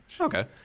Okay